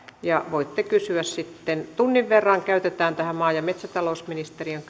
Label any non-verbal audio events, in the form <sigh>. ja voitte kysyä sitten tunnin verran käytetään tähän maa ja metsätalousministeriön <unintelligible>